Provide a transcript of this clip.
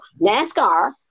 NASCAR